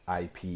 IP